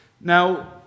Now